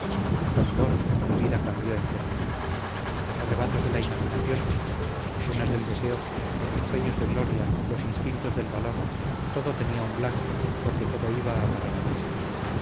con vos mi vida cambió enteramente los arrebatos de la imaginación las ilusiones del deseo los sueños de gloria los instintos del valor todo tenía un blanco porque todo iba a parar a vos